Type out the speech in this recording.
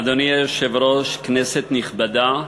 אדוני היושב-ראש, כנסת נכבדה,